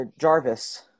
Jarvis